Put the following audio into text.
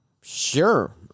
Sure